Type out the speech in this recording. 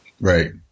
Right